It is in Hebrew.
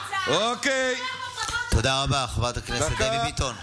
תודה רבה, חברת הכנסת דבי ביטון.